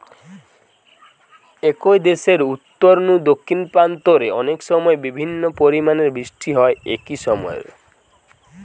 একই দেশের উত্তর নু দক্ষিণ প্রান্ত রে অনেকসময় বিভিন্ন পরিমাণের বৃষ্টি হয় একই সময় রে